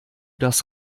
das